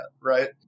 right